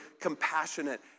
compassionate